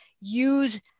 Use